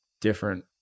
different